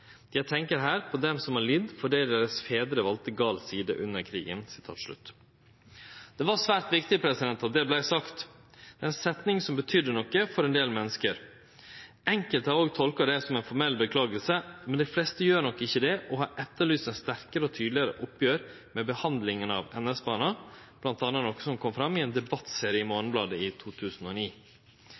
tenker her på dem som har lidd fordi deres fedre valgte gal side under krigen Det var svært viktig at det vart sagt. Det var ei setning som betydde noko for ein del menneske. Enkelte har òg tolka det som ei formell orsaking, men dei fleste gjer nok ikkje det og har etterlyst eit sterkare og tydelegare oppgjer med behandlinga av NS-barna, noko som bl.a. kom fram i ein debattserie i Morgenbladet i 2009.